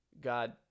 god